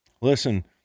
Listen